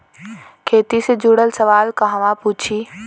खेती से जुड़ल सवाल कहवा पूछी?